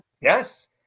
Yes